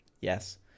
yes